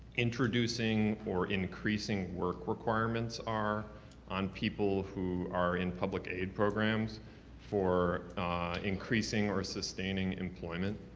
introducing or increasing work requirements are on people who are in public aid programs for increasing or sustaining employment?